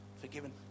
forgiven